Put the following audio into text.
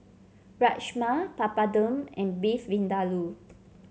Rajma Papadum and Beef Vindaloo